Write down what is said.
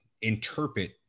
interpret